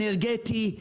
אנרגטי,